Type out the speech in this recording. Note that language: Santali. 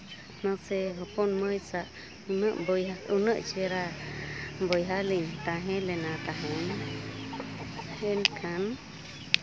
ᱢᱟᱥᱮ ᱦᱚᱯᱚᱱ ᱢᱟᱹᱭ ᱥᱟᱜ ᱩᱱᱟᱹᱜ ᱵᱟᱭ ᱩᱱᱟᱹᱜ ᱪᱮᱦᱨᱟ ᱵᱚᱭᱦᱟ ᱞᱤᱧ ᱛᱟᱦᱮᱞᱮᱱᱟ ᱛᱟᱦᱮᱱᱟ ᱢᱮᱱᱠᱷᱟᱱ